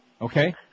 Okay